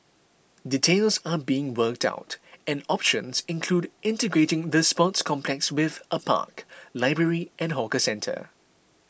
details are being worked out and options include integrating the sports complex with a park library and hawker centre